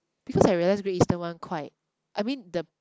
because I realise great eastern one quite I mean the